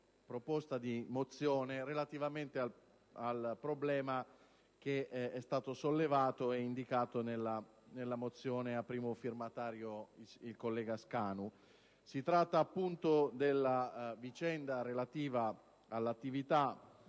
presentare una mozione relativamente al problema che è stato sollevato e indicato nella mozione di cui è primo firmatario il collega Scanu. Si tratta della vicenda relativa all'attività